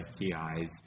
STIs